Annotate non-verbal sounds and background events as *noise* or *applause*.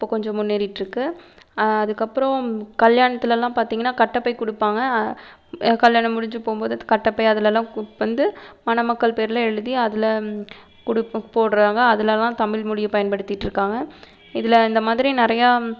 இப்போ கொஞ்சோம் முன்னேறிட்டுருக்கு அதுக்கப்றம் கல்யாணத்திலலாம் பார்த்தீங்கனா கட்டப்பை கொடுப்பாங்க கல்யாணம் முடிஞ்சு போகும்போது அந்த கட்டப்பை அதிலலாம் *unintelligible* வந்து மணமக்கள் பேர்லாம் எழுதி அதில் போடுறாங்க அதிலலாம் தமிழ்மொழியை பயன்படுத்திகிட்ருக்காங்க இதில் அந்த மாதிரி நிறையா